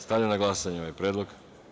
Stavljam na glasanje ovaj predlog.